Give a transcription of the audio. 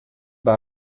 war